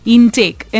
Intake